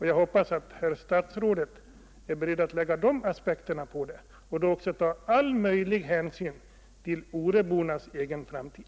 Jag hoppas att herr statsrådet är beredd att anlägga de aspekterna och då också ta all möjlig hänsyn till Orebornas framtid.